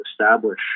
establish